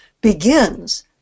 begins